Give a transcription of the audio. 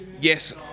Yes